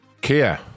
Kia